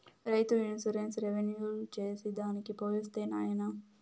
రైతు insurance renewal చేసి దానికి పోయొస్తా నాయనా